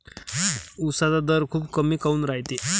उसाचा दर खूप कमी काऊन रायते?